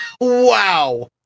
Wow